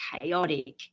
chaotic